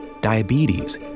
diabetes